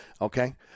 okay